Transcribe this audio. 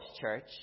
church